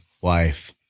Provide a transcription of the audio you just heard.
wife